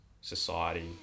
society